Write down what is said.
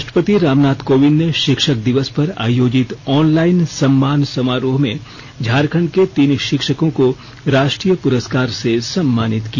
राश्ट्रपति रामनाथ कोविंद ने शिक्षक दिवस पर आयोजित ऑनलाईन सम्मान समारोह में झारखण्ड के तीन शिक्षकों को राश्ट्रीय पुरस्कार से सम्मानित किया